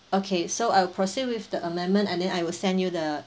okay so I'll proceed with the amendment and then I will send you the